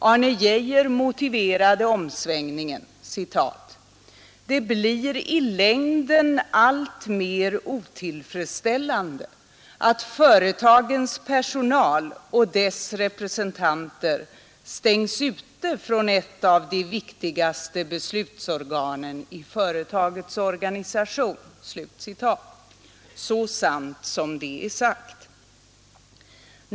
Arne Geijer motiverade omsvängningen: ”Det blir i längden allt mer otillfreds: ällande att företagets personal och dess representanter stängs ute från ett av de viktigaste beslutsorganen i företagets organisation.” Så sant som det är sagt.